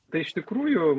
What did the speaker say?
tai iš tikrųjų